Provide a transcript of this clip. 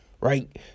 Right